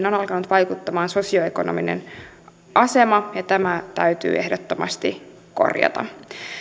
on alkanut vaikuttamaan sosioekonominen asema ja tämä täytyy ehdottomasti korjata